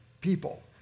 people